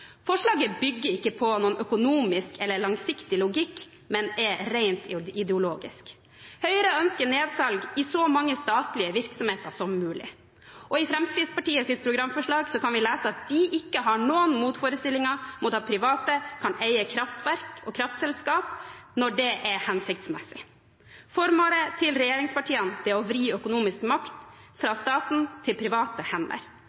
Forslaget bygger ikke på noen økonomisk eller langsiktig logikk, men er rent ideologisk. Høyre ønsker nedsalg i så mange statlige virksomheter som mulig. Og i Fremskrittspartiets programforslag kan vi lese at de har «ingen motforestillinger mot at private kan eie kraftverk/kraftselskap når det er hensiktsmessig». Formålet til regjeringspartiene er å vri økonomisk makt fra staten til private hender.